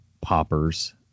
poppers